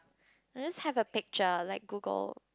I just have a picture like Google